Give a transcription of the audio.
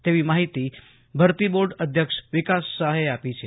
તેવી માહિતી ભરતી બોર્ડ અધ્યક્ષ વિકાસ સહાયે આપી છે